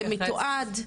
זה מתועד.